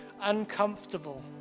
uncomfortable